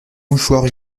mouchoir